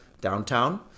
downtown